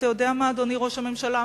אתה יודע מה, אדוני ראש הממשלה?